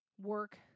work